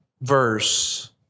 verse